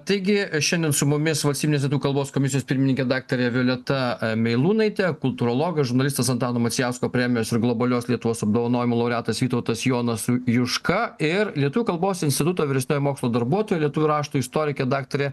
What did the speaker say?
taigi šiandien su mumis valstybinės lietuvių kalbos komisijos pirmininkė daktarė violeta meilūnaitė kultūrologas žurnalistas antano macijausko premijos ir globalios lietuvos apdovanojimų laureatas vytautas jonas juška ir lietuvių kalbos instituto vyresnioji mokslo darbuotoja lietuvių rašto istorikė daktarė